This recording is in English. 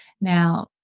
Now